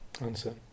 Answer